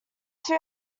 two